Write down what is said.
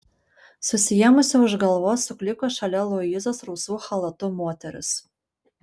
susiėmusi už galvos sukliko šalia luizos rausvu chalatu moteris